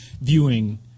viewing